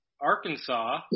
Arkansas